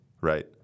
Right